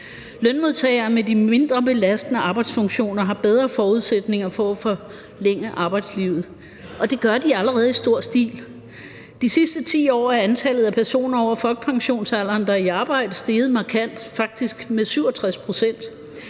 Lønmodtagere med de mindre belastende arbejdsfunktioner har bedre forudsætninger for at forlænge arbejdslivet, og det gør de allerede i stor stil. De sidste 10 år er antallet af personer over folkepensionsalderen, der er i arbejde, steget markant, faktisk med 67 pct.